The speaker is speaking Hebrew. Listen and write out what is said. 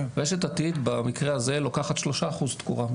רשת עתיד במקרה הזה לוקחת שלושה אחוז תקורה,